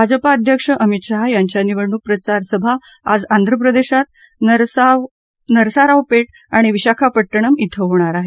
भाजपा अध्यक्ष अमित शहा यांच्या निवडणूक प्रचार सभा आज आंध्र प्रदेशात नरसारावपेट आणि विशाखापट्टणम क्रिं होणार आहेत